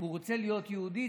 והוא רוצה להיות יהודי,